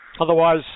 Otherwise